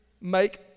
make